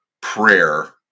prayer